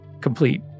Complete